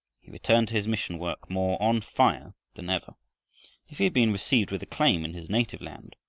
he returned to his mission work more on fire than ever. if he had been received with acclaim in his native land,